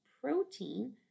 protein